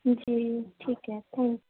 جی ٹھیک ہے تھینک